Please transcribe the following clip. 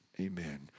Amen